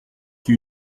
qui